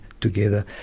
together